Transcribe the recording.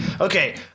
Okay